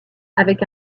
avec